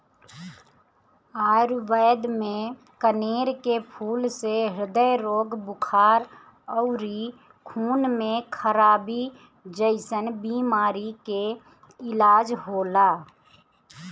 आयुर्वेद में कनेर के फूल से ह्रदय रोग, बुखार अउरी खून में खराबी जइसन बीमारी के इलाज होला